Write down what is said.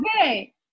okay